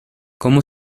cómo